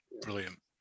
Brilliant